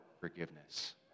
forgiveness